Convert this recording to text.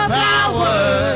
power